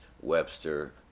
Webster